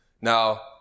Now